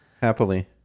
happily